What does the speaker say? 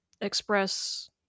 express